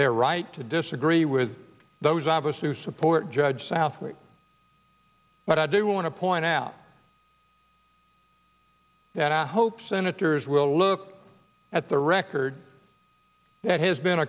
their right to disagree with those of us who support judge southwick but i do want to point out that i hope senators will look at the record that has been